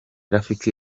rafiki